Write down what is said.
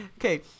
Okay